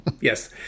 Yes